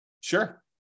Sure